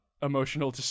emotional